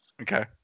Okay